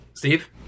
Steve